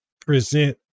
present